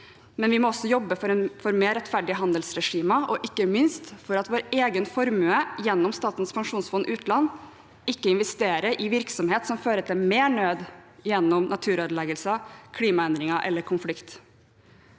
men vi må også jobbe for mer rettferdige handelsregimer og ikke minst for at vår egen formue, gjennom Statens pensjonsfond utland, ikke investeres i virksomhet som fører til mer nød gjennom naturødeleggelser, klimaendringer eller konflikt.